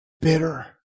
bitter